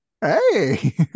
Hey